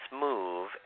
move